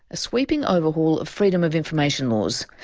a sweeping overhaul of freedom of information laws.